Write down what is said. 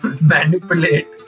manipulate